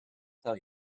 tell